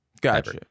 Gotcha